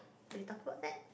did we talk about that